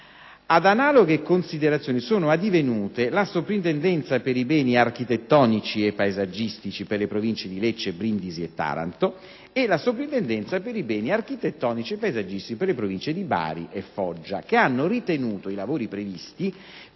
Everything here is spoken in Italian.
Ad analoghe considerazioni sono addivenute la Soprintendenza per i beni architettonici e paesaggistici per le Province di Lecce, Brindisi e Taranto e la Soprintendenza per i beni architettonici e paesaggistici per le Province di Bari e Foggia, che hanno ritenuto i lavori previsti privi